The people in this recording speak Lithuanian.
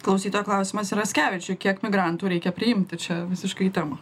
klausytojo klausimas ir raskevičiui kiek migrantų reikia priimti čia visiškai į temą